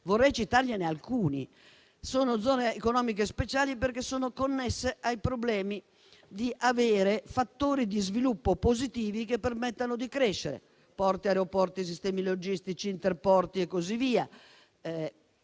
vorrei citarne alcuni. Sono zone economiche speciali perché sono connesse ai problemi di avere fattori di sviluppo positivi che permettano di crescere (porti, aeroporti, sistemi logistici, interporti e così via).